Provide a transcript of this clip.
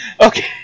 Okay